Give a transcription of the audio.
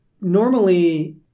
normally